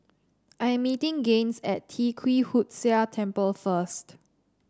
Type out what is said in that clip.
I'm meeting Gaines at Tee Kwee Hood Sia Temple first